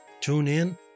TuneIn